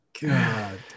God